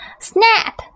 Snap